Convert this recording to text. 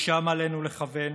לשם עלינו לכוון.